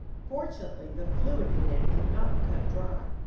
fortunately, the fluid in it had not become dry.